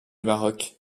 maroc